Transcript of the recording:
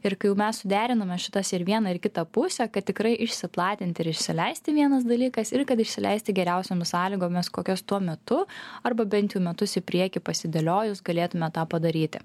ir kai jau mes suderinome šitas ir vieną ir kitą pusę kad tikrai išsiplatinti ir išsileisti vienas dalykas ir kad išsileisti geriausiomis sąlygomis kokios tuo metu arba bent jau metus į priekį pasidėliojus galėtume tą padaryti